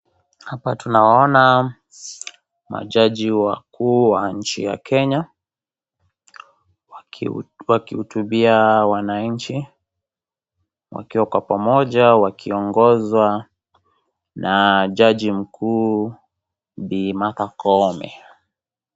Hapa tunawaona majaji wakuu wa nchi ya Kenya wakihutubia wananchi wakiwa kwa pamoja wakiongozwa na jaji mkuu Bi. Martha Koome.